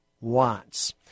wants